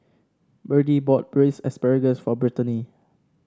Birdie bought Braised Asparagus for Brittaney